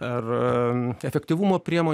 ar efektyvumo priemonė